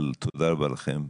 תודה רבה לכם,